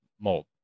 mold